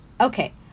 Okay